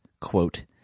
quote